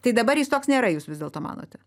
tai dabar jis toks nėra jūs vis dėlto manote